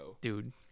Dude